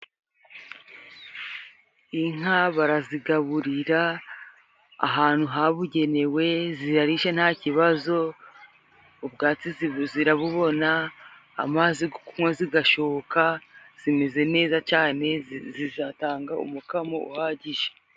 Inka barazigaburira ahantu habugenewe, ziharirishye nta kibazo, ubwatsi zirabubona amazi yo kunywa zigashoka, zimeze neza cyane zizatanga umukamo uhagije.